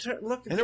look